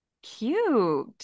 cute